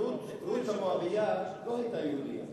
רות המואבייה לא היתה יהודייה.